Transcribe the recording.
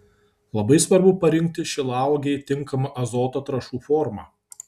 labai svarbu parinkti šilauogei tinkamą azoto trąšų formą